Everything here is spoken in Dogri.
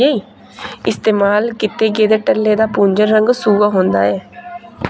एह् इस्तेमाल कीते गेदे टल्लें दा पुंज रंग सूआ होंदा ऐ